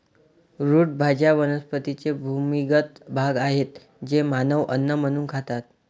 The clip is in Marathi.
रूट भाज्या वनस्पतींचे भूमिगत भाग आहेत जे मानव अन्न म्हणून खातात